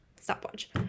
stopwatch